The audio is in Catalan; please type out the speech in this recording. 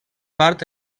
part